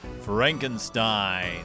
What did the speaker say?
Frankenstein